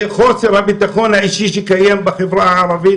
חוסר הביטחון האישי שקיים בחברה הערבית